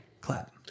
clap